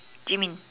do you mean